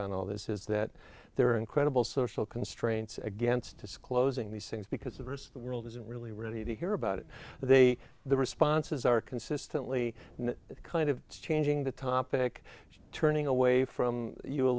on all this is that there are incredible social constraints against disclosing these things because the st world isn't really ready to hear about it but they the responses are consistently kind of changing the topic turning away from you a